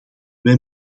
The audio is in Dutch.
wij